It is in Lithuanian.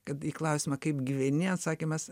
kad į klausimą kaip gyveni atsakymas